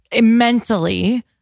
mentally